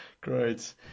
Great